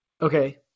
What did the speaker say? Okay